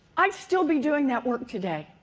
i'd still be doing that work today,